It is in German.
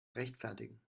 rechtfertigen